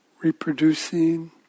Reproducing